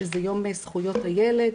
שזה יום זכויות הילד,